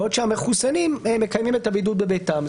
בעוד שהמחוסנים מקיימים את הבידוד בביתם.